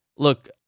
Look